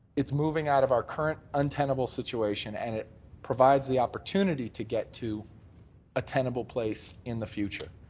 it's moving out of our current untenable situation, and it provides the opportunity to get to a tenable place in the future.